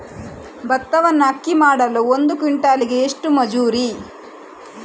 ಭತ್ತವನ್ನು ಅಕ್ಕಿ ಮಾಡಲು ಒಂದು ಕ್ವಿಂಟಾಲಿಗೆ ಎಷ್ಟು ಮಜೂರಿ?